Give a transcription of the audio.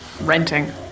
renting